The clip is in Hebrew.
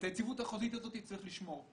את היציבות החוזית הזאת צריך לשמור.